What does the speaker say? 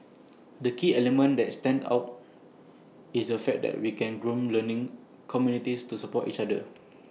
the key element that stands out is the fact that we can groom learning communities to support each other